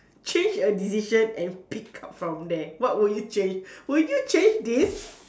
change a decision and pick out from there what would you change would you change this